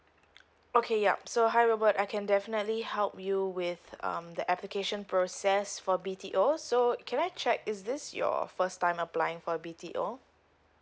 okay yup so wilbert I can definitely help you with um the application process for B_T_O so can I check is this your first time applying for B_T_O